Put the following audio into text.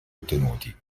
ottenuti